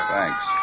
Thanks